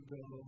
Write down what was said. go